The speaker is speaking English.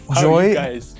joy